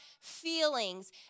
feelings